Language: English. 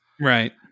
Right